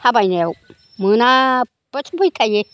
थाबायनायाव मोनाबासो फैखायो